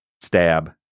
stab